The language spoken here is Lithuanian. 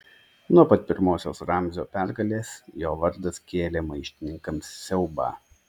nuo pat pirmosios ramzio pergalės jo vardas kėlė maištininkams siaubą